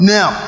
Now